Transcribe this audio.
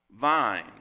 vine